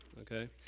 okay